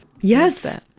Yes